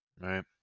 Right